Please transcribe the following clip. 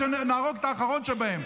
עד שנהרוג את האחרון שבהם,